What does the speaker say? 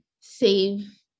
save